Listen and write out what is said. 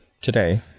today